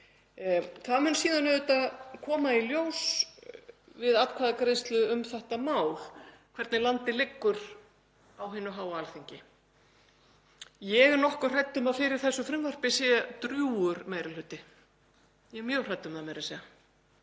Það mun síðan koma í ljós við atkvæðagreiðslu um þetta mál hvernig landið liggur á hinu háa Alþingi. Ég er nokkuð hrædd um að fyrir þessu frumvarpi sé drjúgur meiri hluti, ég er meira að segja